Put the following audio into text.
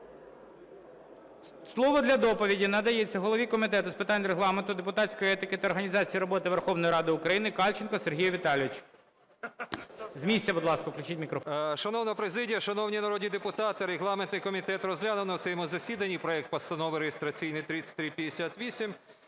Слово для доповіді надається голові Комітету з питань Регламенту, депутатської етики та організації роботи Верховної Ради України Кальченку Сергію Віталійовичу. З місця, будь ласка, включіть мікрофон. 13:59:12 КАЛЬЧЕНКО С.В. Шановна президія, шановні народні депутати, регламентний комітет розглянув на своєму засіданні проект Постанови реєстраційний 3358,